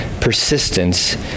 persistence